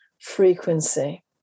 frequency